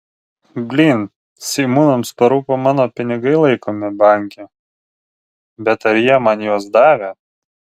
blyn seimūnams parūpo mano pinigai laikomi banke bet ar jie man juos davė